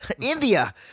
India